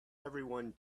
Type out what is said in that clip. everyone